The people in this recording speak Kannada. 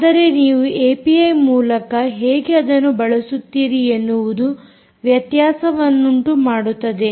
ಆದರೆ ನೀವು ಏಪಿಐ ಮೂಲಕ ಹೇಗೆ ಅದನ್ನು ಬಳಸುತ್ತೀರಿ ಎನ್ನುವುದು ವ್ಯತ್ಯಾಸವನ್ನುಂಟು ಮಾಡುತ್ತದೆ